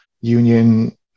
union